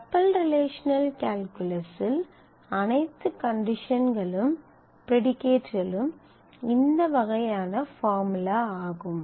tuple relational கால்குலஸில் அனைத்து கண்டிஷன்களும் ப்ரீடிகேட்களும் இந்த வகையான பார்முலா ஆகும்